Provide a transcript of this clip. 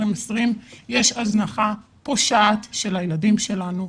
- הוא כזה שיש הזנחה פושעת של הילדים שלנו.